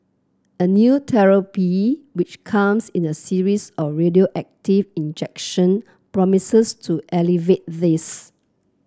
a new therapy which comes in a series of radioactive injection promises to alleviate this